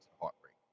heartbreak